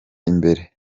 imbere